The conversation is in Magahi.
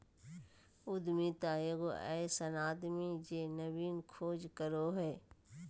उद्यमिता एगो अइसन आदमी जे नवीन खोज करो हइ